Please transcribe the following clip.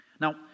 Now